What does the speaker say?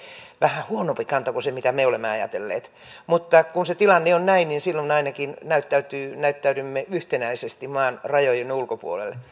vähän huonompi kanta kuin se mitä me olemme ajatelleet mutta kun se tilanne on näin niin silloin ainakin näyttäydymme yhtenäisesti maan rajojen ulkopuolelle